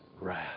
wrath